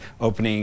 opening